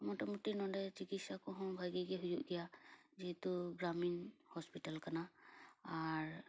ᱢᱳᱴᱟ ᱢᱩᱴᱤ ᱱᱚᱰᱮ ᱪᱤᱠᱤᱥᱥᱟ ᱠᱚ ᱦᱚᱸ ᱵᱷᱟᱜᱮ ᱜᱮ ᱦᱩᱭᱩᱜ ᱜᱮᱭᱟ ᱡᱮᱦᱮᱛᱩ ᱜᱨᱟᱢᱤᱱ ᱦᱳᱥᱯᱤᱴᱟᱞ ᱠᱟᱱᱟ ᱟᱨ